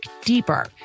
deeper